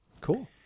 Cool